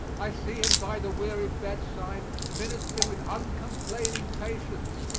i see him by the weary bedside, ministering with uncomplaining patience,